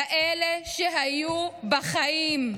כאלה שהיו בחיים,